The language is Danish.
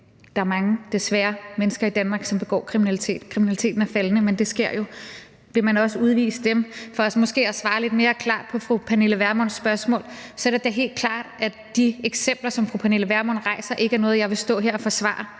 er mange mennesker i Danmark, som begår kriminalitet. Kriminaliteten er faldende, men den sker jo. Vil man også udvise dem? For måske at svare lidt mere klart på fru Pernille Vermunds spørgsmål er det da helt klart, at de eksempler, som fru Pernille Vermund nævner, ikke er noget, som jeg vil stå her og forsvare.